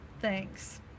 Thanks